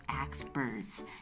experts